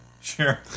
Sure